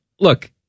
look